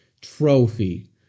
trophy